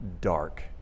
dark